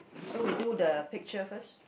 so we do the picture first